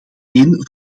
een